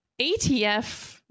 ETF